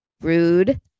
rude